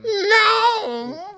No